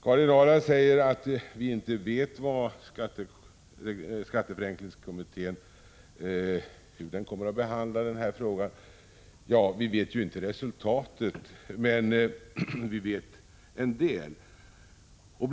Karin Ahrland säger nu att vi inte vet hur skatteförenklingskommittén kommer att behandla frågan, och naturligtvis känner vi inte till resultatet av behandlingen, men vi vet en del om kommitténs arbete.